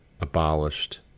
abolished